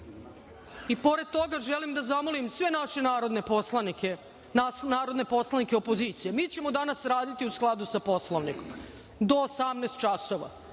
i pored toga želim da zamolim sve naše narodne poslanike, nas narodne poslanike opozicije, mi ćemo danas raditi u skladu sa Poslovnikom do 18.00 časova